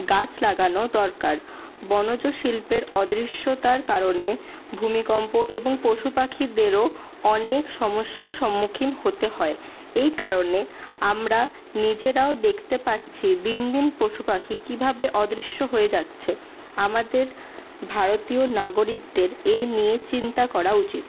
গাছ লাগানো দরকার বনজ শিল্পের অদৃশ্যতার কারণে ভূমিকম্প এবং পশু পাখিদেরও অনেক সমস্যার সম্মুখীন হতে হয় এই কারণে আমরা নিজেরাও দেখতে পাচ্ছি দিন দিন পশুপাখি কীভাবে অদৃশ্য হয়ে যাচ্ছে আমাদের ভারতীয় নাগরিকদের এই নিয়ে চিন্তা করা উচিত